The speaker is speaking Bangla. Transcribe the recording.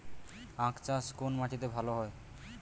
আখ চাষ কোন মাটিতে ভালো হয়?